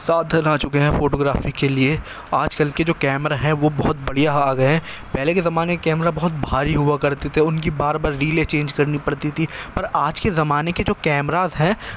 سادھن آ چکے ہیں فوٹو گرافی کے لیے آج کل کے جو کیمرا ہیں وہ بہت بڑھیا آ گئے ہیں پہلے کے زمانے کے کیمرا بہت بھاری ہوا کرتے تھے ان کی بار بار ریلیں چینج کرنی پڑتی تھیں پر آج کے زمانے کے جو کیمراز ہیں